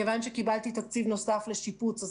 מכיוון שקיבלתי תקציב נוסף לשיפוץ,